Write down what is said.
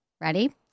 Ready